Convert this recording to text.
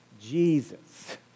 Jesus